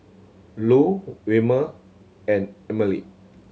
Lu Wilmer and Emely